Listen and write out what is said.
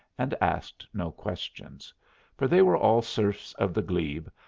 and asked no questions for they were all serfs of the glebe,